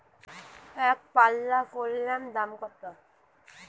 একপাল্লা করলার দাম কত?